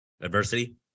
Adversity